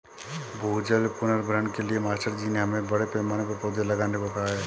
भूजल पुनर्भरण के लिए मास्टर जी ने हमें बड़े पैमाने पर पौधे लगाने को कहा है